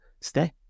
stay